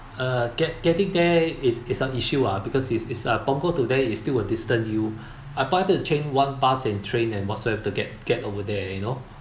uh get getting there is is an issue ah because is is a Punggol to there is still a distance you ap~ to change one bus and train and what so to get get over there you know